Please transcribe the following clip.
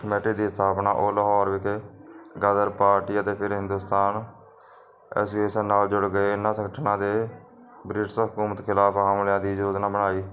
Mette ਦੀ ਸਥਾਪਨਾ ਉਹ ਲਾਹੌਰ ਵਿਖੇ ਗਦਰ ਪਾਰਟੀ ਅਤੇ ਫਿਰ ਹਿੰਦੁਸਤਾਨ ਐਸੋਸ਼ੀਏਸ਼ਨ ਨਾਲ ਜੁੜ ਗਏ ਇਹਨਾਂ ਸੰਗਠਨਾਂ ਦੇ ਬ੍ਰਿਟਿਸ਼ ਹਕੂਮਤ ਖਿਲਾਫ ਹਮਲਿਆਂ ਦੀ ਯੋਜਨਾ ਬਣਾਈ